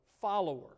Follower